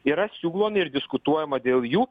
yra siūlomi ir diskutuojama dėl jų